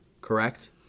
correct